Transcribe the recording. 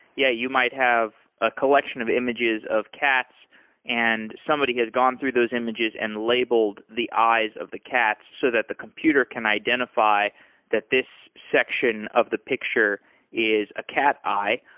yeah, you might have a collection of images of cats and somebody has gone through those images and labeled the eyes of the cats, so that the computer can identify that this section of the picture is a cat eye.